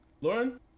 Lauren